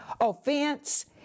Offense